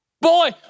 boy